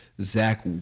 Zach